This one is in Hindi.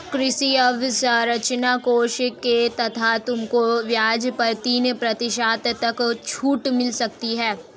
कृषि अवसरंचना कोष के तहत तुमको ब्याज पर तीन प्रतिशत तक छूट मिल सकती है